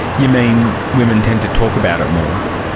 you mean women tend to talk about it more?